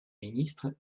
ministre